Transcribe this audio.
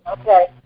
Okay